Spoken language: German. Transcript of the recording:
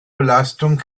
belastung